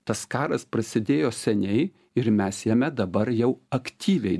tas karas prasidėjo seniai ir mes jame dabar jau aktyviai